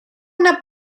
una